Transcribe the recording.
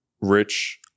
rich